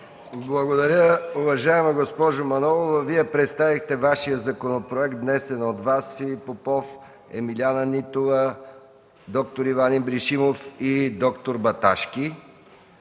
Благодаря, уважаема госпожо Манолова – Вие представихте Вашия законопроект, внесен от Вас, Филип Попов, Емиляна Нитова, д-р Иван Ибришимов и д-р Баташки.